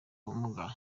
ubumuga